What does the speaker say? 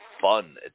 fun